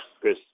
Chris